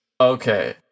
Okay